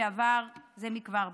שעבר זה מכבר בכנסת.